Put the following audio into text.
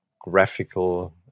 graphical